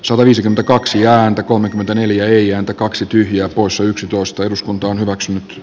soisin kaksi ääntä kolmekymmentäneljä ei ääntä kaksi tyhjää poissa yksitoista eduskunta on hyväksynyt